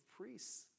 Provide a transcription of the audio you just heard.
priests